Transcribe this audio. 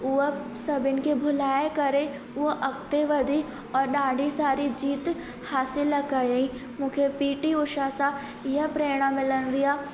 उहा सभिनि खे भुलाए करे उहा अॻिते वधी और ॾाढी सारी जीत हासिल कयईं मूंखे पीटी उषा सां इहा प्रेरणा मिलंदी आहे